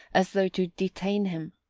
as though to detain him